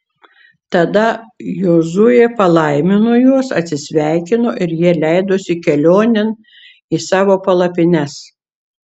tada jozuė palaimino juos atsisveikino ir jie leidosi kelionėn į savo palapines